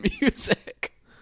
music